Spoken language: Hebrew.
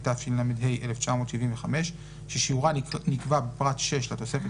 התשל"ה-1975 ששיעורה נקבע בפרט 6 לתוספת